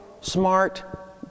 smart